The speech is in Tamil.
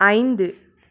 ஐந்து